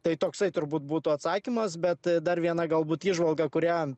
tai toksai turbūt būtų atsakymas bet dar viena galbūt įžvalga kurią